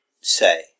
say